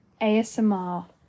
ASMR